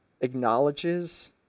acknowledges